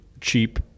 Cheap